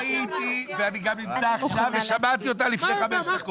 הייתי ואני גם נמצא עכשיו ושמעתי אותה לפני חמש דקות.